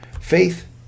faith